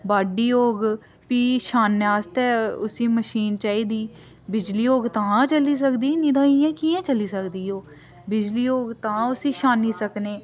बाड्ढी होग फ्ही छानने आस्तै उसी मशीन चाहिदी बिजली होग तां चली सकदी नेईं तां इ'यां कियां चली सकदी ओह् बिजली होग तां उसी छानी सकने